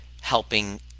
helping